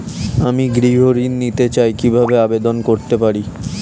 আমি গৃহ ঋণ নিতে চাই কিভাবে আবেদন করতে পারি?